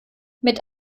mit